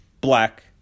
Black